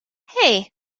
hey